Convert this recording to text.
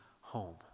home